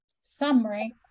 summary